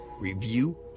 review